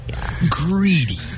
greedy